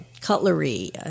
cutlery